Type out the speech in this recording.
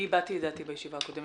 אני הבעתי את דעתי בישיבה הקודמת,